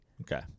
Okay